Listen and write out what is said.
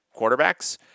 quarterbacks